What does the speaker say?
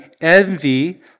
envy